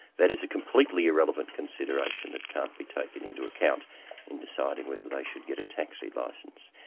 that is a completely irrelevant consideration that can't be taken into account in deciding whether they should get a taxi licence.